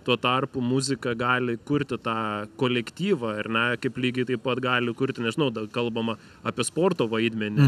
tuo tarpu muzika gali kurti tą kolektyvą ar ne kaip lygiai taip pat gali kurti nežinau dar kalbama apie sporto vaidmenį